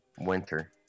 winter